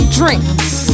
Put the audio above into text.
drinks